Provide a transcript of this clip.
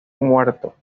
muerto